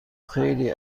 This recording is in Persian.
خیلی